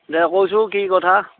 দে ক'চোন কি কথা